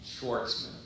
Schwartzman